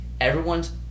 Everyone's